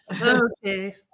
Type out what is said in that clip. Okay